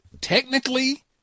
technically